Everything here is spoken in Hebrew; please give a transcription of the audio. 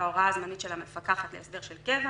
ההוראה הזמנית של המפקחת להסדר של קבע,